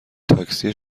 تاکسی